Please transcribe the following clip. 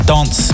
Dance